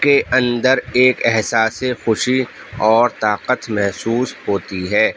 کے اندر ایک احساسِ خوشی اور طاقت محسوس ہوتی ہے